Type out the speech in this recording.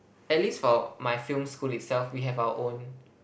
at least for my film school itself we have our own